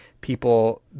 people